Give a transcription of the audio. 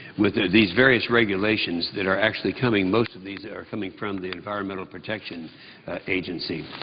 with these various regulations that are actually coming most of these are coming from the environmental protection agency.